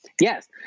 Yes